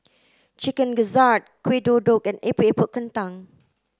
chicken gizzard Kuih Kodok and Epok Epok Kentang